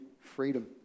freedom